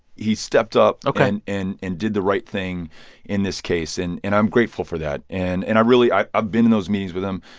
he stepped up. ok. and and and did the right thing in this case. and and i'm grateful for that. and and i really i've i've been in those meetings with him.